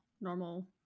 normal